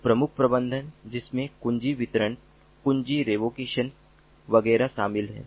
तो प्रमुख प्रबंधन जिसमें कुंजी वितरण कुंजी रेवोकेशन वगैरह शामिल हैं